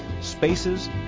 spaces